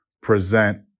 present